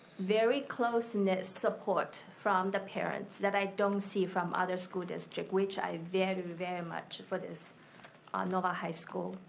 very close-knit support from the parents, that i don't see from other school districts, which i value very much for this ah novi high school.